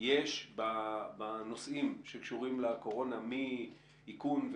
יש בנושאים שקשורים לקורונה מאיכון,